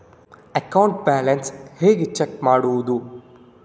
Account balance ಹೇಗೆ check ಮಾಡುವುದು?